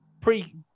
Pre